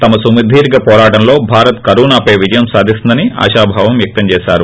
తమ సుదీర్ఘ పోరాటంలో భారత్ కరోనాపై విజయం సాధిస్తుందని ఆశాభావం వ్యక్తం చేశారు